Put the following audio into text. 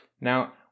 Now